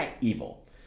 evil